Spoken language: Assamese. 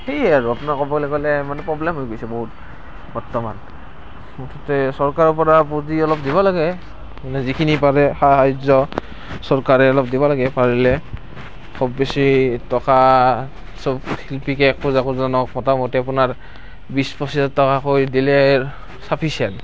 সেই আৰু আপোনাৰ ক'বলৈ গ'লে মানে প্ৰব্লেম হৈ গৈছে বহুত বৰ্তমান মুঠতে চৰকাৰৰ পৰা পুঁজি অলপ দিব লাগে মানে যিখিনি পাৰে সাহাৰ্য্য চৰকাৰে অলপ দিব লাগে পাৰিলে খুব বেছি টকা সব শিল্পীকে একো একোজনক মোটামুটি আপোনাৰ বিছ পঁচিশ হেজাৰ টকাকৈ দিলে ছাফিচিয়েণ্ট